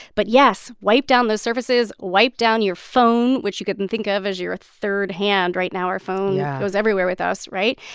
but yes, wipe down those surfaces. wipe down your phone, which you could and think of as your third hand right now yeah our phone goes everywhere with us, right?